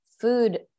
food